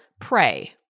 pray